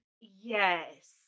Yes